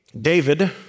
David